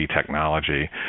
technology